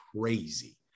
crazy